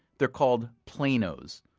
they're called planos.